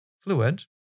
fluid